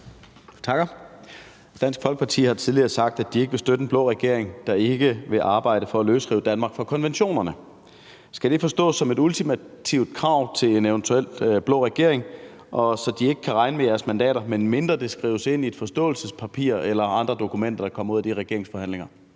Dansk Folkeparti har tidligere sagt, at de ikke vil støtte en blå regering, der ikke vil arbejde for at løsrive Danmark fra konventionerne. Skal det forstås som et ultimativt krav til en eventuel blå regering, så de ikke kan regne med jeres mandater, medmindre det skrives ind i et forståelsespapir eller andre dokumenter, der kommer ud af de regeringsforhandlinger?